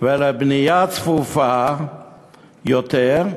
ולבנייה צפופה יותר,